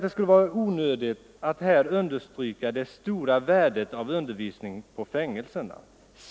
Det borde vara onödigt att här understryka det stora värdet av undervisning på fängelserna.